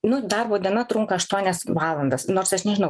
nu darbo diena trunka aštuonias valandas nors aš nežinau